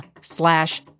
slash